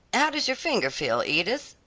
how does your finger feel, edith?